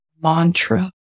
mantra